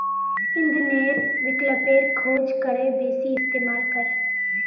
इंधनेर विकल्पेर खोज करे बेसी इस्तेमाल कर